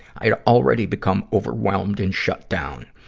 i'd already become overwhelmed and shut down.